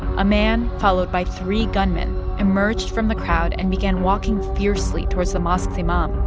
a man followed by three gunmen emerged from the crowd and began walking fiercely towards the mosque's imam.